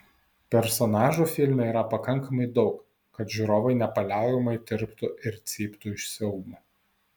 personažų filme yra pakankamai daug kad žiūrovai nepaliaujamai tirptų ir cyptų iš siaubo